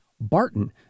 Barton